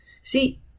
See